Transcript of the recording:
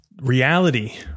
reality